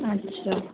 अच्छा